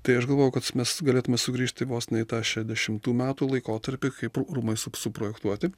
tai aš galvoju kad mes galėtume sugrįžti vos ne į tą šešiasdešimtų metų laikotarpį kaip rūmai sup suprojektuoti